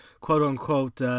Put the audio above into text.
quote-unquote